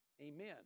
amen